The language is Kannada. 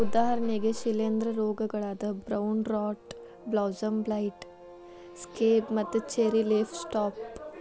ಉದಾಹರಣೆಗೆ ಶಿಲೇಂಧ್ರ ರೋಗಗಳಾದ brown rot blossom blight, scab ಮತ್ತು ಚೆರ್ರಿ ಲೇಫ್ ಸ್ಪಾಟ್